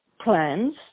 plans